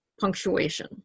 punctuation